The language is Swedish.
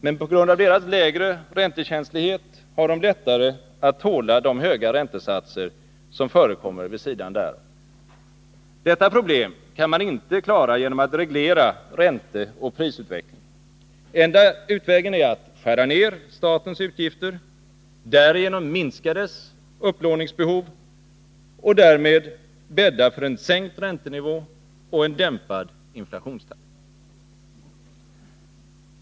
Men tack vare deras lägre räntekänslighet har de lättare att tåla de höga räntesatser som förekommer vid sidan därav. Detta problem kan man inte klara genom att reglera ränteoch prisutvecklingen. Enda utvägen är att skära ned statens utgifter, därigenom minska dess upplåningsbehov och därmed bädda för en sänkt räntenivå och en dämpad inflationstakt.